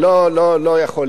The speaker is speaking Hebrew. לא יכול להיות.